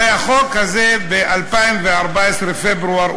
הרי החוק הזה אושר ב-2014, בפברואר,